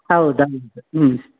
ಹೌದು ಹೌದು ಹ್ಞೂ